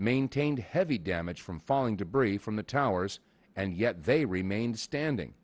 maintained heavy damage from falling debris from the towers and yet they remained standing